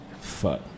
Fuck